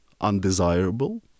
undesirable